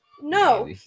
No